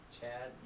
Chad